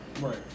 Right